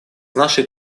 нашей